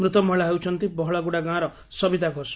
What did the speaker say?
ମୃତ ମହିଳା ହେଉଛନ୍ତି ବହଳଗୁଡ଼ା ଗାଁର ସବିତା ଘୋଷ